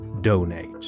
donate